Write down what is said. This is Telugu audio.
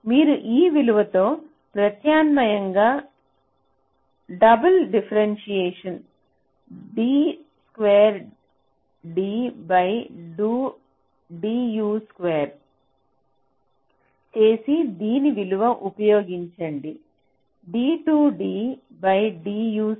మీరు ఈ విలువతో ప్రత్యామ్నాయంగా ను డబుల్ డిఫరెన్సియేషన్ d2DdU2 చేసి దీని విలువ ఉపయోగించండి